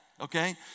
okay